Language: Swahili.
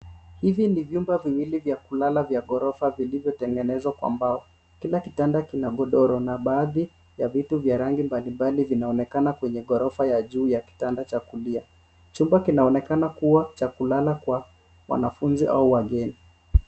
Hivi ni vyumba viwili vya kulala vya ghorofa vilivyotengenezwa kwa mbao. Kila kitanda kina godoro na baadhi ya vitu vya rangi mbalimbali vinaonekana kwenye ghorofa ya juu, ya kitanda cha kulia. Chumba kinaonekana kuwa cha kulala kwa wanafunzi au wageni.